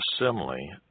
assembly